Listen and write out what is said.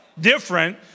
different